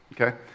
Okay